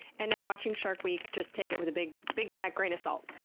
and now, watching shark week, just take it with a big big fat grain of salt.